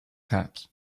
taps